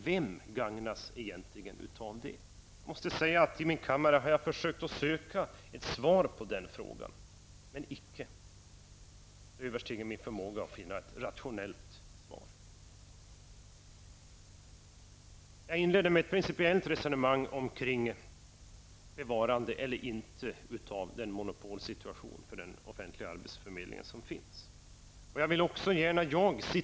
Vem gagnas egentligen av det? Jag har i min kammare försökt att finna ett svar på den frågan, men det har jag inte funnit. Det överstiger min förmåga att finna ett rationellt svar. Jag inledde mitt anförande med att föra ett principiellt resonemang kring frågan om den monopolsituation som finns för de offentliga förmedlingarna skall bevaras eller inte.